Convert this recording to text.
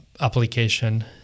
application